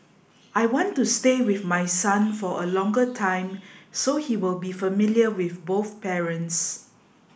I want to stay with my son for a longer time so he will be familiar with both parents